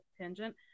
tangent